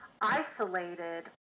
isolated